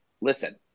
listen